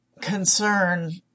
concern